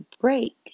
break